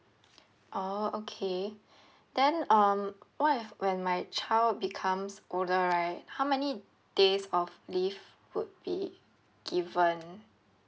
oh okay then um what if when my child becomes older right how many days of leave would be given